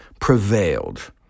prevailed